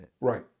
Right